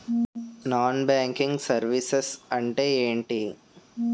Non banking services అంటే ఎంటి?